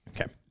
Okay